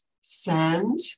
send